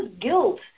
guilt